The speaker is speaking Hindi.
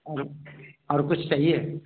और और कुछ चाहिए